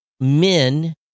Men